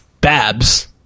babs